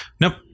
Nope